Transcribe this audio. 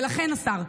ולכן השר,